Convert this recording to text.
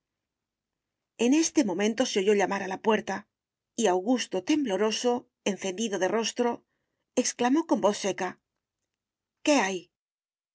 en este momento se oyó llamar a la puerta y augusto tembloroso encendido de rostro exclamó con voz seca qué hay